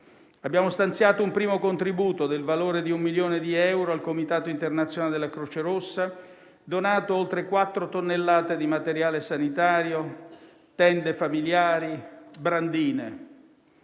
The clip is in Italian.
Abbiamo stanziato un primo contributo del valore di un milione di euro al comitato internazionale della Croce Rossa, donato oltre 4 tonnellate di materiale sanitario, tende familiari, brandine.